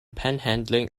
panhandling